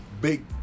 Big